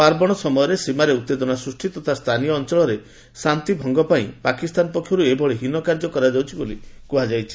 ପାର୍ବଣ ସମୟରେ ସୀମାରେ ଉତ୍ତେଜନା ସୃଷ୍ଟି ତଥା ସ୍ଥାନୀୟ ଅଞ୍ଚଳର ଶାନ୍ତିଭଙ୍ଗ ପାଇଁ ପାକିସ୍ତାନ ପକ୍ଷରୁ ଏଭଳି ହୀନ କାର୍ଯ୍ୟ କରାଯାଉଛି ବୋଲି କୁହାଯାଇଛି